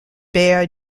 bear